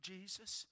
Jesus